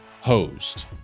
hosed